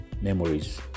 memories